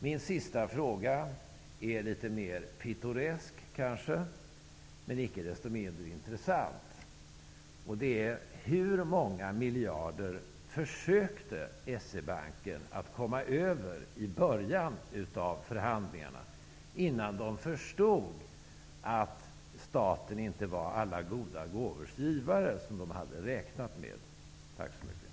Min sista fråga är kanske litet mer pittoresk, men icke desto mindre intressant: Hur många miljarder försökte S-E-Banken komma över i början av förhandlingarna innan man där förstod att staten inte var alla goda gåvors givare, som man hade räknat med? Tack så mycket!